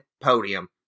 podium